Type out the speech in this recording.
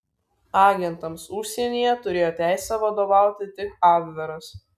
agentams užsienyje turėjo teisę vadovauti tik abveras